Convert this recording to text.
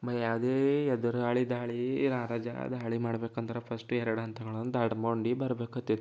ಯಾವುದೇ ಎದುರಾಳಿ ದಾಳಿ ರಾಜ ದಾಳಿ ಮಾಡ್ಬೇಕಂದ್ರೆ ಫಶ್ಟ್ ಎರಡು ಹಂತಗಳನ್ನು ದಾಡ್ಮೋಡಿ ಬರ್ಬೇಕಾತಿತ್ತು